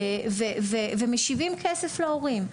ומשיבים כסף להורים.